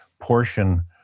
portion